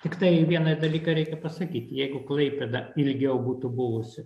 tiktai vieną dalyką reikia pasakyt jeigu klaipėda ilgiau būtų buvusi